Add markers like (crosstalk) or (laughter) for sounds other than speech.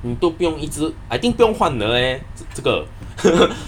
你都不用一直 I think 不用换的 leh 这个 (laughs)